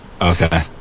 Okay